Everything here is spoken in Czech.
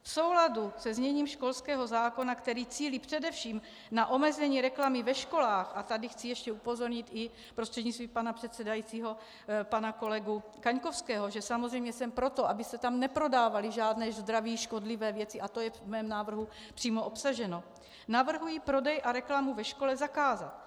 V souladu se zněním školského zákona, který cílí především na omezení reklamy ve školách a tady chci ještě upozornit i prostřednictvím pana předsedajícího pana kolegu Kaňkovského, že jsem samozřejmě pro to, aby se tam neprodávaly žádné zdraví škodlivé věci, a to je v mém návrhu přímo obsaženo , navrhuji prodej a reklamu ve škole zakázat.